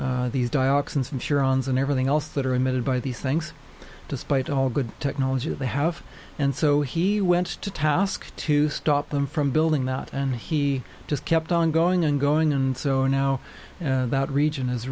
these dioxins i'm sure ons and everything else that are emitted by these things despite all good technology that they have and so he went to task to stop them from building that and he just kept on going and going and so now that region is